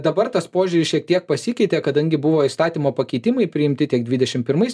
dabar tas požiūris šiek tiek pasikeitė kadangi buvo įstatymo pakeitimai priimti tiek dvidešim pirmais